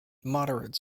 moderate